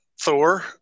Thor